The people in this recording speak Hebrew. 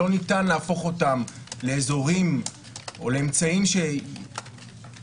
שלא ניתן להפוך אותם לאזורים או לאמצעים שלמעשה